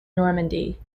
normandy